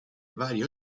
vari